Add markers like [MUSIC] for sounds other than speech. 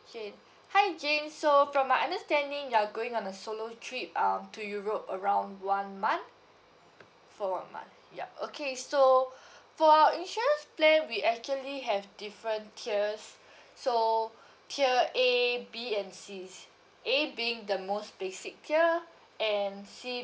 okay hi james so from my understanding you're going on a solo trip um to europe around one month for a month yup okay so [BREATH] for insurance plan we actually have different tiers so tier A B and C A being the most basic tier and C